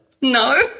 no